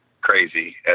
crazy